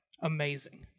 amazing